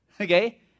Okay